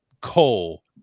Cole